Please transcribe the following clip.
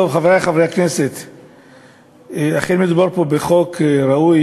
טוב, חברי חברי הכנסת, אכן מדובר פה בחוק ראוי,